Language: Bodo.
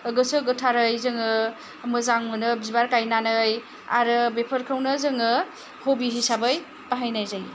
गोसो गोथारै जोङो मोजां मोनो बिबार गायनानै आरो बेफोरखौनो जोङो हबि हिसाबै बाहायनाय जायो